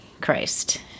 Christ